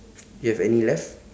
do you have any left